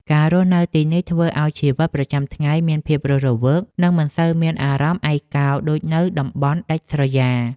ការរស់នៅទីនេះធ្វើឱ្យជីវិតប្រចាំថ្ងៃមានភាពរស់រវើក និងមិនសូវមានអារម្មណ៍ឯកោដូចនៅតំបន់ដាច់ស្រយាល។